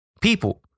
People